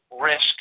risk